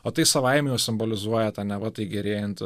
o tai savaime jau simbolizuoja tą neva tai gerėjant